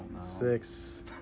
Six